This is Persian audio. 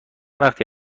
وقتی